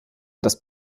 das